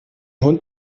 hund